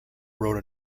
wrote